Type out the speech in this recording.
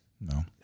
No